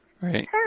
Right